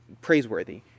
praiseworthy